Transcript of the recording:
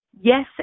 yes